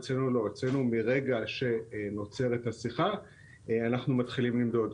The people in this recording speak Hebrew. אצלנו מרגע שנוצרת השיחה אנחנו מתחילים למדוד.